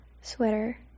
sweater